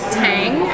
tang